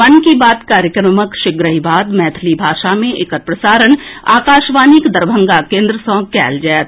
मन की बात कार्यक्रमक शीघ्रहिँ बाद मैथिली भाषा मे एकर प्रसारण आकाशवाणीक दरभंगा केंद्र सँ कयल जायत